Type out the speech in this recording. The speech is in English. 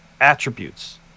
attributes